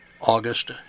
August